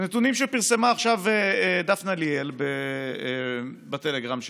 מנתונים שפרסמה עכשיו דפנה ליאל בטלגרם שלה,